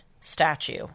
statue